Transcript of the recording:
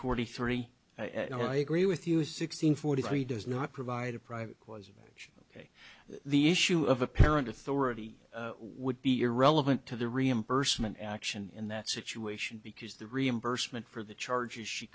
forty three i agree with you sixteen forty three does not provide a private cause of marriage the issue of apparent authority would be irrelevant to the reimbursement action in that situation because the reimbursement for the charges she